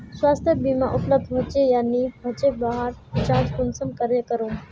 स्वास्थ्य बीमा उपलब्ध होचे या नी होचे वहार जाँच कुंसम करे करूम?